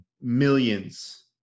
millions